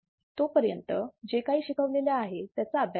तोपर्यंत जे काही शिकवलेले आहे त्याचा अभ्यास करा